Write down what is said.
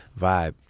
vibe